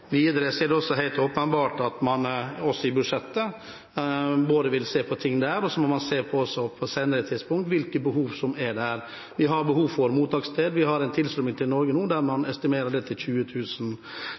Videre er det helt åpenbart at man vil se på ting i budsjettet, og så må man også på et senere tidspunkt se på hvilke behov som er der. Vi har behov for mottakssted, vi har en tilstrømming til Norge nå